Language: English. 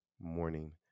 morning